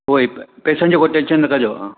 उहो ई पैसनि जो कोई टेंशन न कॼो हा